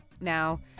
Now